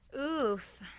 Oof